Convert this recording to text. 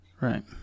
Right